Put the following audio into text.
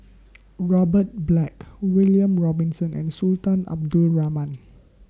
Robert Black William Robinson and Sultan Abdul Rahman